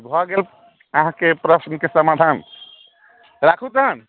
भऽ गेल अहाँके प्रश्नके समाधान राखू तखन